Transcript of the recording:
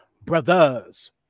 brothers